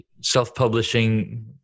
self-publishing